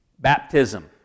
baptism